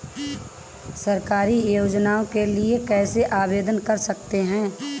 सरकारी योजनाओं के लिए कैसे आवेदन कर सकते हैं?